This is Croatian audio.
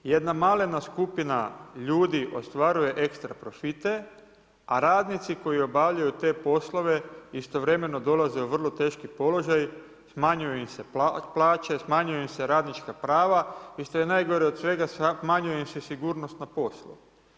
Jedna malena skupina ljudi ostvaruje ekstra profite, a radnici koji obavljaju te poslove istovremeno dolaze u vrlo teški položaj, smanjuje im se od plaće, smanjuju im se radnička prava i što je najgore od svega smanjuje im se sigurnost na poslu.